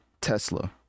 Tesla